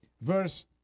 Verse